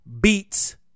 beats